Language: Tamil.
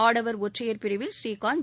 ஆடவர் ஒற்றையர் பிரிவில் ஸ்ரீகாந்த்